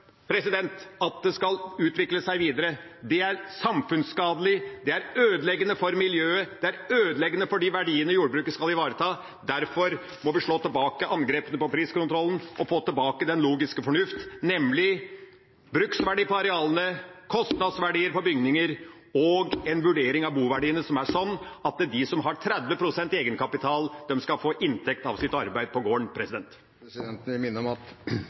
det er ødeleggende for de verdiene jordbruket skal ivareta. Derfor må vi slå tilbake angrepene på priskontrollen og få tilbake den logiske fornuft, nemlig bruksverdi på arealene, kostnadsverdier på bygninger og en vurdering av boverdiene som er sånn at de som har 30 pst. egenkapital, skal få inntekt av sitt arbeid på gården. Presidenten vil minne om at